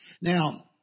Now